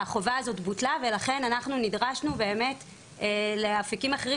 החובה הזאת בוטלה ולכן נדרשנו באמת לאפיקים אחרים